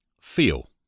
feel